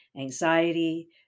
anxiety